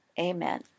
Amen